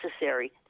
necessary